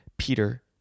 Peter